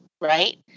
right